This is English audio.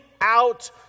out